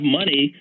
money